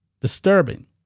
disturbing